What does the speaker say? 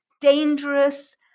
dangerous